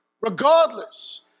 regardless